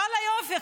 ואללה יופי,